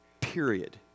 Period